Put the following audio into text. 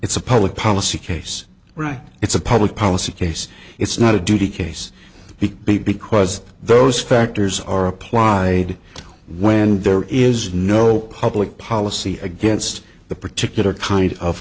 it's a public policy case it's a public policy case it's not a duty case b b because those factors are applied when there is no public policy against the particular kind of